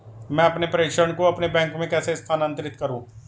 मैं अपने प्रेषण को अपने बैंक में कैसे स्थानांतरित करूँ?